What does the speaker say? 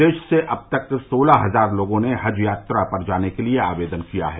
प्रदेश से अब तक सोलह हजार लोगों ने हज यात्रा पर जाने के लिए आवेदन किया है